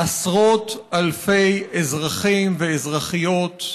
עשרות אלפי אזרחים ואזרחיות,